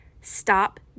stop